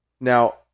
Now